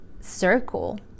circle